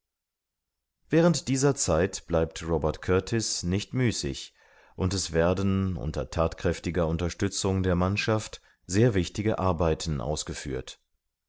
während dieser zeit bleibt robert kurtis nicht müßig und es werden unter thatkräftiger unterstützung der mannschaft sehr wichtige arbeiten ausgeführt